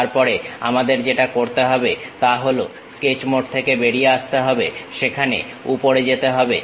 তারপর আমাদের যেটা করতে হবে তা হল স্কেচ মোড থেকে বেরিয়ে আসতে হবে সেখানে উপরে যেতে হবে